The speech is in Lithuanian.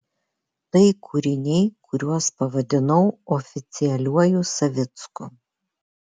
tai kūriniai kuriuos pavadinau oficialiuoju savicku